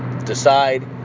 Decide